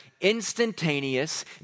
instantaneous